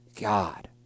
God